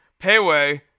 Payway